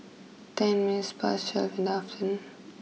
ten minutes past twelve in afternoon